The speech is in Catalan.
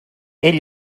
ell